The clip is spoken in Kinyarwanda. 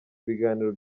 ibiganiro